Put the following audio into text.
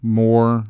more